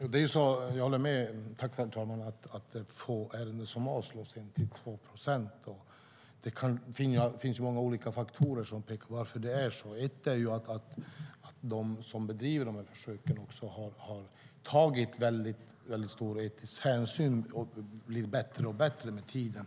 Herr talman! Jag håller med om att det är få ärenden som avslås, 1-2 procent. Det finns många olika faktorer till varför det är så. En är att de som bedriver försöken har tagit väldigt stor etisk hänsyn och blir allt bättre med tiden.